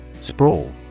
Sprawl